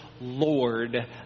Lord